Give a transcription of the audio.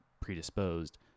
predisposed